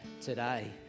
today